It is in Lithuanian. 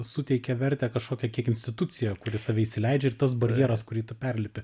suteikia vertę kažkokią institucija kuri save įsileidžia ir tas barjeras kurį tu perlipi